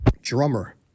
drummer